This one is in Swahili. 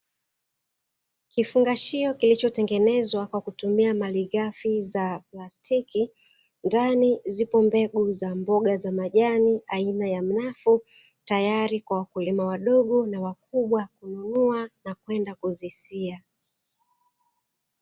Kifungashio kilichotengenezwa kwa kutumia malighafi za plastiki, ndani zipo mbegu za mboga za majani aina ya mnafu tayari kwa wakulima wadogo na wakubwa kununua na kwenda kuzisia